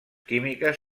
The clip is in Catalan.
químiques